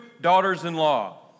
daughters-in-law